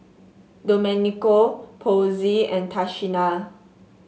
Domenico Posey and Tashina